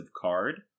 card